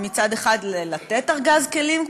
מצד אחד לתת ארגז כלים,